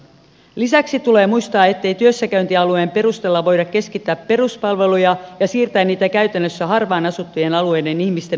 lisäksi tulee muistaa ettei työssäkäyntialueen perusteella voida keskittää peruspalveluja ja siirtää niitä käytännössä harvaan asuttujen alueiden ihmisten ulottumattomiin